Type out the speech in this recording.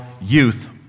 youth